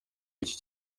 iki